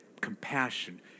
compassion